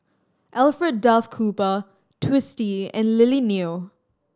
Alfred Duff Cooper Twisstii and Lily Neo